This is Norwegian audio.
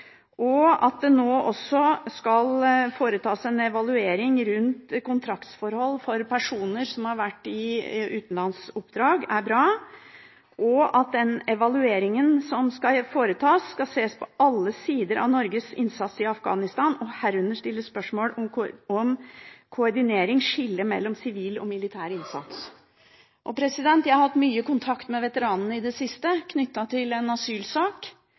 og det er bra at det også nå skal foretas en evaluering rundt kontraktsforhold for personer som har vært i utenlandsoppdrag, og at den evalueringen som skal foretas, skal se på alle sider av Norges innsats i Afghanistan og herunder stille spørsmål om koordinering, skillet mellom sivil og militær innsats. Jeg har hatt mye kontakt med veteranene i det siste, knyttet til en asylsak